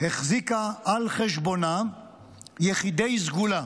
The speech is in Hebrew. החזיקה על חשבונה יחידי סגולה.